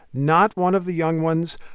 not one of the young ones.